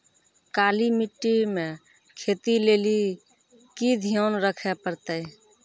काली मिट्टी मे खेती लेली की ध्यान रखे परतै?